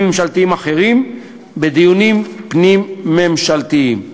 ממשלתיים אחרים בדיונים פנים-ממשלתיים.